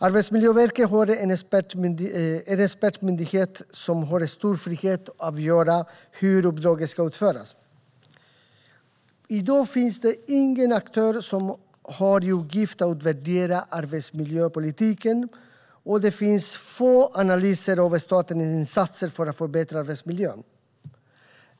Arbetsmiljöverket är en expertmyndighet som har stor frihet att avgöra hur uppdraget ska utföras. I dag finns det ingen aktör som har i uppgift att utvärdera arbetsmiljöpolitiken, och det finns få analyser av statens insatser för att förbättra arbetsmiljön.